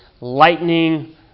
lightning